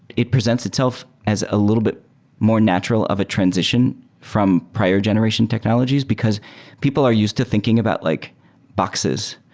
it presents itself as a little bit more natural of a transition from prior generation technologies, because people are used to thinking about like boxes,